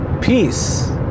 Peace